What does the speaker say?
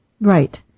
Right